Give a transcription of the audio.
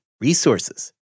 resources